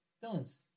Villains